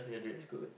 that's good